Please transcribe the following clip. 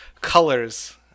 colors